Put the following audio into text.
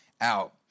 out